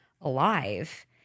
alive